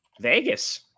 Vegas